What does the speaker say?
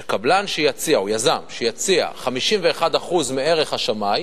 שקבלן או יזם שיציע 51% מערך השמאי,